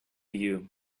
you